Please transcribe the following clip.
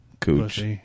cooch